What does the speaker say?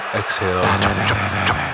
exhale